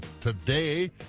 today